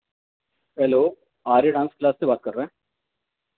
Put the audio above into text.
hello Arya dance class से बात कर रहे हैं